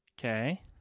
Okay